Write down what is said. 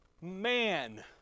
Man